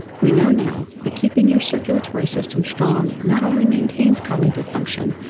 we know now that keeping your circulatory system strong not only maintains cognitive function,